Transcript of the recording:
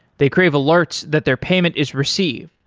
they crave alerts that their payment is received.